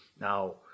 Now